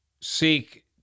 seek